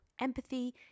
empathy